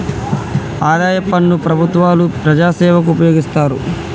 ఆదాయ పన్ను ప్రభుత్వాలు ప్రజాసేవకు ఉపయోగిస్తారు